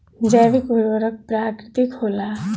जैविक उर्वरक प्राकृतिक होला